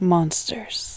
Monsters